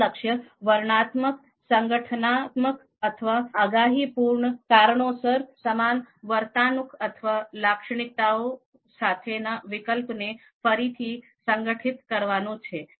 એનું લક્ષ્ય વર્ણનાત્મક સંગઠનાત્મક અથવા આગાહી પૂર્ણ કારણોસર સમાન વર્તણૂક અથવા લાક્ષણિકતાઓ સાથેના વિકલ્પોને ફરીથી સંગઠિત કરવાનું છે